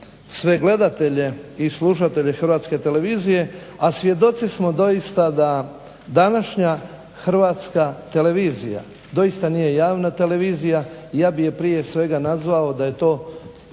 sve gledatelje i slušatelje Hrvatske televizije, a svjedoci smo doista da današnja Hrvatska televizija doista nije javna televizija. Ja bih je prije svega nazvao da je to